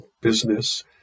business